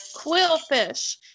quillfish